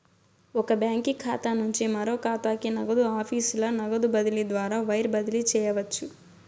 ఒక బాంకీ ఖాతా నుంచి మరో కాతాకి, నగదు ఆఫీసుల నగదు బదిలీ ద్వారా వైర్ బదిలీ చేయవచ్చు